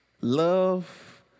love